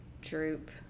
droop